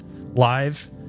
live